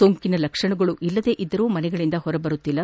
ಸೋಂಕಿನ ಲಕ್ಷ್ಣಗಳಲ್ಲದಿದ್ದರೂ ಮನೆಗಳಂದ ಹೊರಬರುತ್ತಿಲ್ಲ